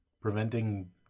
preventing